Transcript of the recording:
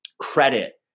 credit